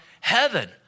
heaven